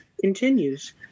continues